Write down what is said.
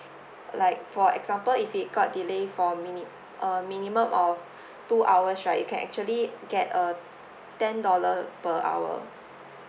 like for example if it got delay for mini~ uh minimum of two hours right you can actually get a ten dollar per hour